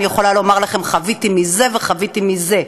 אני יכולה לומר לכם: חוויתי מזה וחוויתי מזה.